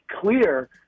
clear